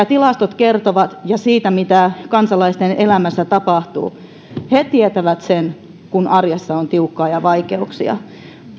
tilastot kertovat ja siitä mitä kansalaisten elämässä tapahtuu he tietävät sen kun arjessa on tiukkaa ja vaikeuksia